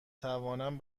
توانم